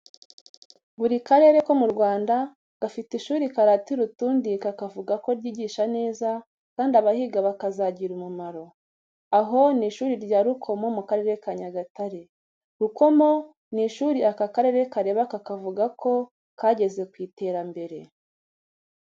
Buri karere ko mu Rwanda gafite ishuri karatira utundi kakavuga ko ryigisha neza kandi abahiga bakazagira umumaro. Aho ni ishuri rya Rukomo mu Karere ka Nyagatare. Rukomo ni ishuri aka karere kareba kakavuga ko kageze ku iterambere.